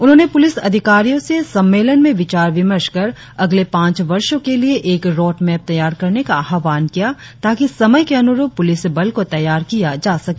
उन्होंने पुलिस अधिकारियों से सम्मेलन में विचार विमर्श कर अगले पांच वर्षों के लिए एक रोड मैप तैयार करने का आह्वान किया ताकि समय के अनुरुप पुलिस बल को तैयार किया जा सके